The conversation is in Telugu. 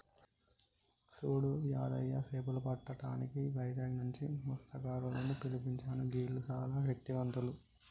సూడు యాదయ్య సేపలు పట్టటానికి వైజాగ్ నుంచి మస్త్యకారులను పిలిపించాను గీల్లు సానా శక్తివంతులు